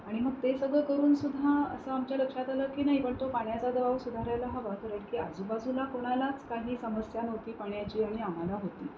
आणि मग ते सगळं करून सुद्धा असं आमच्या लक्षात आलं की नाही पण तो पाण्याचा दबाव सुधारायला हवा कारण की आजूबाजूला कोणालाच काही समस्या नव्हती पाण्याची आणि आम्हाला होती